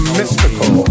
mystical